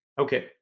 Okay